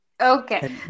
Okay